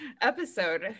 episode